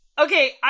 Okay